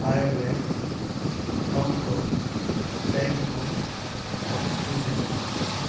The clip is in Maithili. आयरलैंड हाँगकाँग बैंगकोक और स्विजरलैंड